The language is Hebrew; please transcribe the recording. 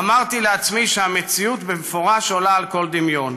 אמרתי לעצמי שהמציאות במפורש עולה על כל דמיון,